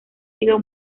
sido